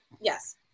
yes